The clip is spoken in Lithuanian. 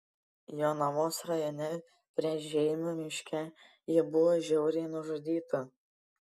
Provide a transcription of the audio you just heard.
jonavos rajone prie žeimių miške ji buvo žiauriai nužudyta